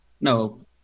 No